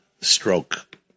stroke